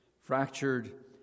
fractured